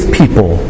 people